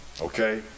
Okay